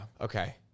Okay